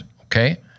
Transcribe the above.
okay